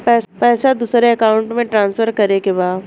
पैसा दूसरे अकाउंट में ट्रांसफर करें के बा?